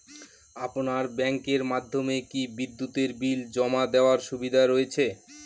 আপনার ব্যাংকের মাধ্যমে কি বিদ্যুতের বিল জমা দেওয়ার সুবিধা রয়েছে?